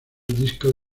disco